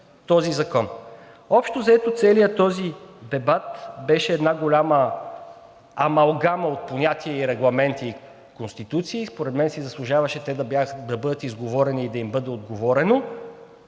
Общо взето, целият този дебат беше една голяма амалгама от понятия и регламенти и конституции и според мен си заслужаваше те да бъдат изговорени и да им бъде отговорено,